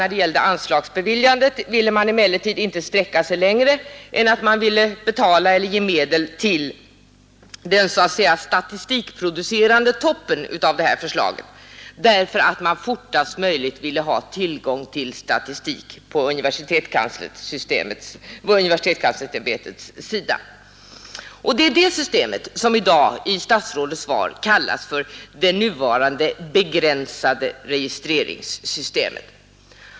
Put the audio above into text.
När det gällde anslagsbeviljandet ville man emellertid från departementets sida inte sträcka sig längre än att ge medel till den så att säga statistikproducerande toppen av detta förslag, eftersom man fortast möjligt ville ha tillgång till statistik på universitetskanslersämbetets sida. Det är det systemet som i dag i statsrådets svar kallas för ”det nuvarande begränsade registreringssystemet”.